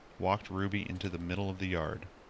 walked ruby into the middle of the yard.